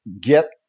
get